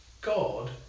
God